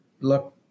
look